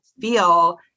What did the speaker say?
feel